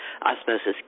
osmosis